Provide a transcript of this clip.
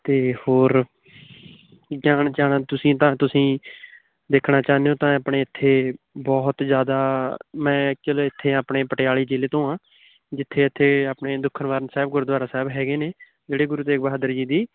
ਅਤੇ ਹੋਰ ਜਾਣ ਜਾਣਾ ਤੁਸੀਂ ਤਾਂ ਤੁਸੀਂ ਦੇਖਣਾ ਚਾਹੁੰਦੇ ਹੋ ਤਾਂ ਆਪਣੇ ਇੱਥੇ ਬਹੁਤ ਜ਼ਿਆਦਾ ਮੈਂ ਚਲੋ ਇੱਥੇ ਆਪਣੇ ਪਟਿਆਲੇ ਜ਼ਿਲ੍ਹੇ ਤੋਂ ਹਾਂ ਜਿੱਥੇ ਇੱਥੇ ਆਪਣੇ ਦੁਖਨਿਵਾਰਨ ਸਾਹਿਬ ਗੁਰਦੁਆਰਾ ਸਾਹਿਬ ਹੈਗੇ ਨੇ ਜਿਹੜੇ ਗੁਰੂ ਤੇਗ ਬਹਾਦਰ ਜੀ ਦੀ